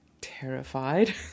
terrified